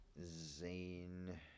Zane